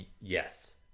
yes